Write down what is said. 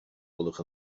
gwelwch